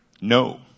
no